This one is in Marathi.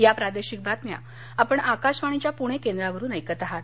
या प्रादेशिक बातम्या आपण आकाशवाणीच्या पुणे केंद्रावरून ऐकत आहात